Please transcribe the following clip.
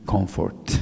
Comfort